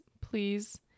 please